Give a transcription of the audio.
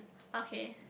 okay